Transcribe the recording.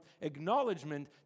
acknowledgement